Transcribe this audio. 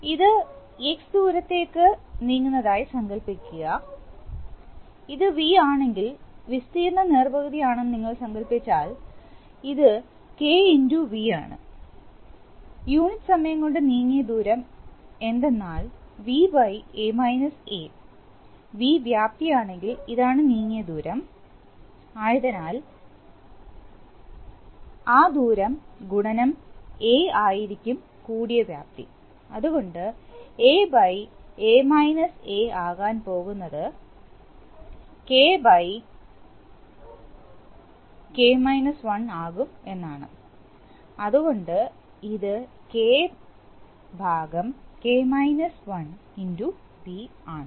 ഇത് X ദൂരത്തേക്കു അ നീങ്ങുന്നതായി സങ്കൽപ്പിക്കുക ഇത് V ആണെങ്കിൽ വിസ്തീർണ്ണം നേർപകുതി ആണെന്ന് എന്ന് സങ്കൽപ്പിച്ചാൽ ഇത് KxV ആണ് യൂണിറ്റ് സമയം കൊണ്ട് നീങ്ങിയ ദൂരം എന്തെന്നാൽ V A - a V വ്യാപ്തി ആണെങ്കിൽ ഇതാണ് നീങ്ങിയ ദൂരം ആയതിനാൽ എന്നാൽ ആ ദൂരം ഗുണനം A ആയിരിക്കും കൂടിയ വ്യാപ്തി അതിനാൽ A A - a V A a A - a A 1 - 1K K - 1K ആയിരിക്കും അതുകൊണ്ട് AA - a ആകാൻ പോകുന്നത് K K - 1 കും എന്നാണ് അതുകൊണ്ട് ഇത് K V ആണ്